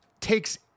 takes